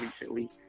recently